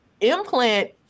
implant